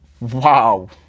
wow